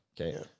Okay